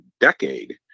decade